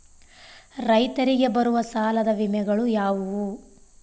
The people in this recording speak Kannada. ರೈತರಿಗೆ ಬರುವ ಸಾಲದ ವಿಮೆಗಳು ಯಾವುವು?